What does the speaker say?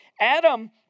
Adam